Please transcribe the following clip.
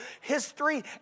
history